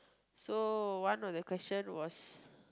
so one of the question was